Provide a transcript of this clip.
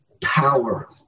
power